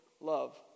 love